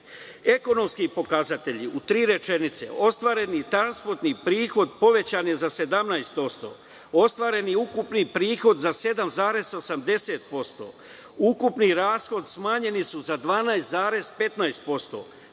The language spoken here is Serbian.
dnevno. Ekonomski pokazatelji u tri rečenice. Ostvareni transportni prihod povećan je za 17%, ostvareni ukupni prihod za 7,80%. Ukupni rashodi smanjeni su za 12,15%.Dame